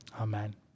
Amen